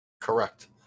Correct